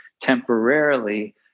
temporarily